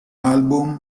album